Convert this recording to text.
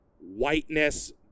whiteness